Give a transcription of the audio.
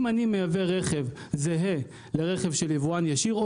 אם אני מייבא רכב זהה לרכב של יבואן ישיר,